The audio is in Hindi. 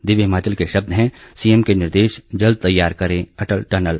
दिव्य हिमाचल के शब्द हैं सीएम के निर्देश जल्द तैयार करें अटल टनल